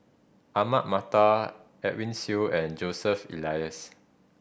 Ahmad Mattar Edwin Siew and Joseph Elias